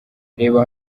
reba